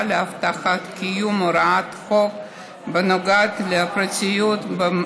להבטחת קיום הוראות החוק הנוגעות לפרטיות במאגרי